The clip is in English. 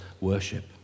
worship